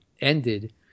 ended